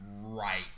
right